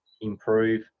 improve